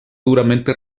duramente